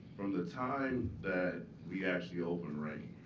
from the time that we actually opened reign,